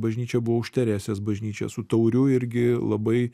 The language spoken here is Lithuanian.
bažnyčia buvo už teresės bažnyčią su tauriu irgi labai